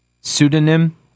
pseudonym